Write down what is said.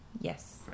Yes